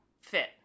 fit